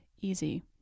easy